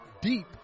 deep